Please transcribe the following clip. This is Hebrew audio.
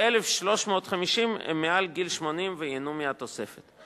כ-1,350 הם מעל גיל 80 וייהנו מהתוספת.